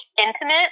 intimate